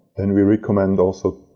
and we recommend, also,